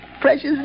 precious